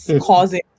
causing